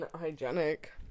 hygienic